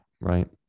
right